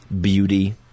beauty